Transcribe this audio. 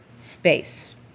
space